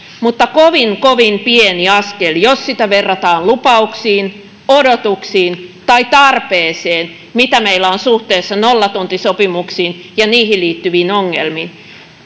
mutta kovin kovin pieni askel jos sitä verrataan lupauksiin odotuksiin tai tarpeeseen mitä meillä on suhteessa nollatuntisopimuksiin ja niihin liittyviin ongelmiin